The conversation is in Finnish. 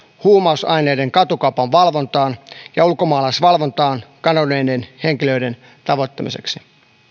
huumausaineiden katukaupan valvontaan ja ulkomaalaisvalvontaan kadonneiden henkilöiden tavoittamiseksi